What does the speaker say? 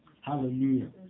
Hallelujah